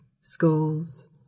schools